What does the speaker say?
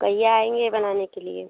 कहिए आएंगे बनाने के लिए